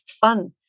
fun